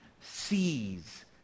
sees